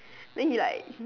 then he like he